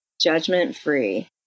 judgment-free